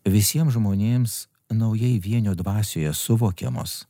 visiems žmonėms naujai vienio dvasioje suvokiamos